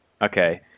okay